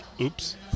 oops